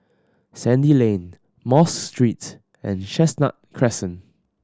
Sandy Lane Mosque Street and Chestnut Crescent